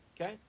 okay